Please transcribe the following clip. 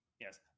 yes